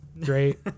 great